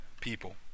people